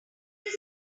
this